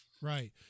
Right